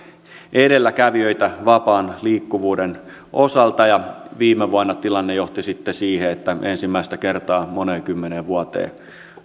edelläkävijöitä vapaan liikkuvuuden osalta ja viime vuonna tilanne johti sitten siihen että ensimmäistä kertaa moneen kymmeneen vuoteen